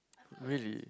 really